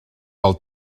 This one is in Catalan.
del